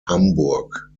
hamburg